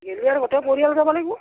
গ'লে আৰু গোটেই পৰিয়াল যাব লাগিব